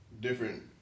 different